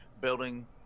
building